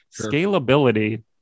scalability